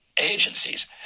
agencies